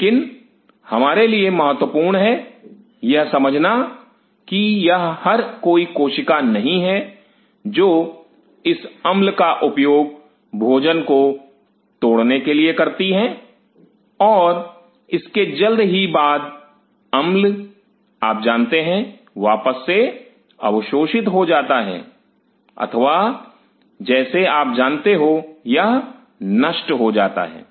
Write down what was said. लेकिन हमारे लिए महत्वपूर्ण है यह समझना कि यह हर कोई कोशिका नहीं है जो इस अम्ल का उपयोग भोजन को तोड़ने के लिए करती हैं और इसके जल्द ही बाद अम्ल आप जानते हैं वापस से अवशोषित हो जाता है अथवा जैसे आप जानते हो यह नष्ट हो जाता है